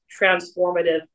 transformative